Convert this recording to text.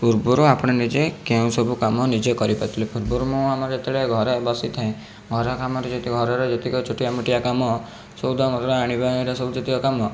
ପୂର୍ବରୁ ଆପଣ ନିଜେ କେଉଁ ସବୁ କାମ ନିଜେ କରିପାରୁଥିଲେ ପୂର୍ବରୁ ମୁଁ ଆମର ଯେତେବେଳେ ଘରେ ବସିଥାଏ ଘର କାମରେ ଯେତେ ଯେତିକି ଘରର ଯେତିକି ଛୋଟିଆ ମୋଟିଆ କାମ ସଉଦା ପତର ଆଣିବା ଏରା ସବୁ ଯେତିକି କାମ